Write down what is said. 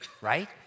right